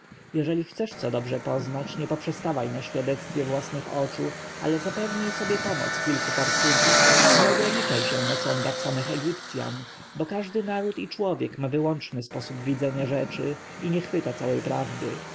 jeżeli chcesz co dobrze poznać nie poprzestawaj na świadectwie własnych oczu ale zapewnij sobie pomoc kilku par cudzych nie ograniczaj się na sądach samych egipcjan bo każdy naród i człowiek ma wyłączny sposób widzenia rzeczy i nie chwyta całej prawdy